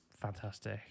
fantastic